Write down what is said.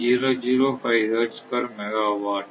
005 hertz per megawatt